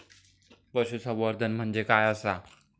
पशुसंवर्धन म्हणजे काय आसा?